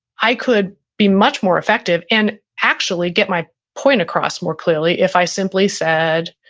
i could be much more effective and actually get my point across more clearly if i simply said,